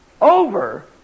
over